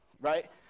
right